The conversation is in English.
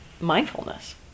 mindfulness